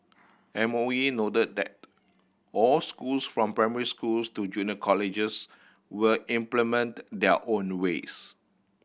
M O E noted that all schools from primary schools to junior colleges will implement their own ways